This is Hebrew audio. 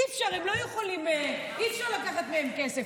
אי-אפשר לקחת מהן כסף.